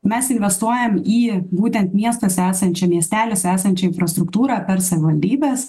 mes investuojam į būtent miestuose esančią miesteliuose esančią infrastruktūrą per savivaldybes